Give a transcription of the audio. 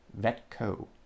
Vetco